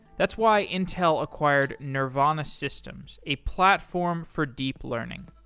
that's why intel acquired nervana systems, a platform for deep learning.